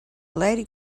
lady